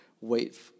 Wait